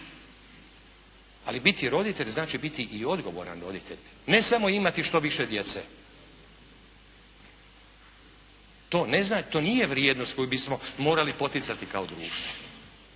Ali biti roditelj znači biti i odgovoran roditelj, ne samo imati što više djece. To nije vrijednost koju bismo morali poticati kao društvo.